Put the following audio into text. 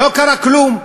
לא קרה כלום.